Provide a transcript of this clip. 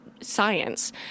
science